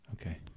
Okay